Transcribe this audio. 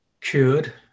cured